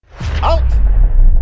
Out